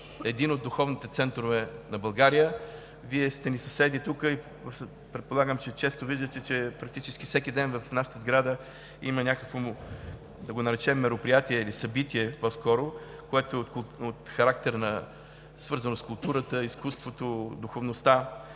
един от духовните центрове на България. Вие сте ни съседи тук и предполагам често виждате, че практически всеки ден в нашата сграда има някакво, да го наречем, мероприятие или събитие по-скоро, което е от характер, свързан с културата, изкуството, духовността.